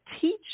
teach